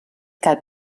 que